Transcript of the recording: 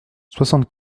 soixante